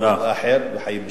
כבוד לאחר וחיים משותפים.